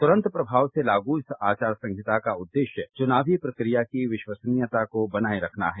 तुरंत प्रभाव से लागू इस आचार संहिता का उद्देश्य चुनावी प्रक्रिया की विश्वसनीयता को बनाए रखना है